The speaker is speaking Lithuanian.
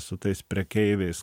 su tais prekeiviais